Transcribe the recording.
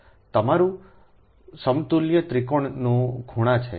તમારા સમતુલ્ય ત્રિકોણના ખૂણા પર